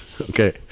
Okay